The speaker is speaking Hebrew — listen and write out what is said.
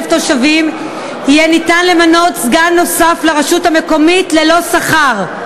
תושבים יהיה ניתן למנות סגן נוסף לרשות המקומית ללא שכר.